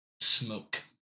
smoke